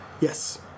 yes